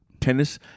Tennis